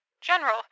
General